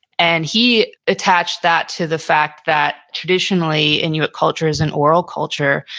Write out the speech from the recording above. and he attached that to the fact that traditionally, inuit culture is an oral culture.